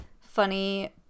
funny